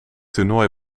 toernooi